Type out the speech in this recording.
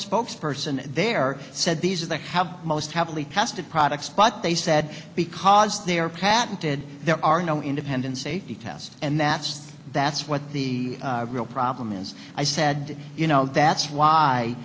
spokes person there said these are the have most heavily tested products but they said because they are patented there are no independent safety tests and that's just that's what the real problem is i said you know that's